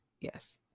Yes